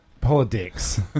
Politics